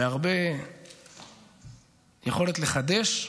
בהרבה יכולת לחדש,